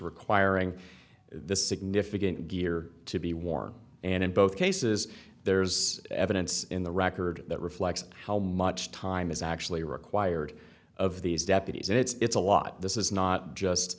requiring this significant gear to be worn and in both cases there's evidence in the record that reflects how much time is actually required of these deputies and it's a lot this is not just